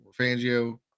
Fangio